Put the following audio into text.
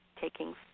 Taking